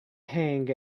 hang